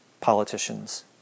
politicians